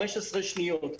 15 שניות.